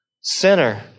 sinner